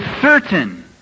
certain